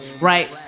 right